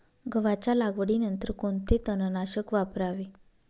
गव्हाच्या लागवडीनंतर कोणते तणनाशक वापरावे?